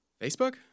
Facebook